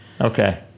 Okay